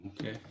Okay